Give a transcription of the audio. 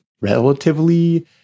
relatively